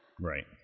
Right